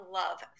love